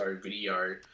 video